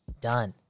Done